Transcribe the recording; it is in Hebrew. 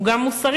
הוא גם מוסרי: